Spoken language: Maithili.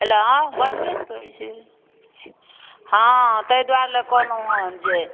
हेलो बजबे नहि करै छै हाँ ताहि दुआरे लऽ कहलहुँ हँ जे